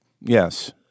Yes